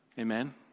amen